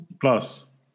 Plus